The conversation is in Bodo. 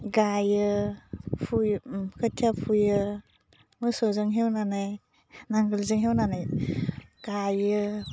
गायो फुयो खोथिया फुयो मोसौजों हेवनानै नांगोलजों एवनानै गायो